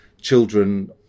children